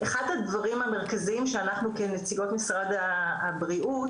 אחד הדברים המרכזיים שאנחנו כנציגות משרד הבריאות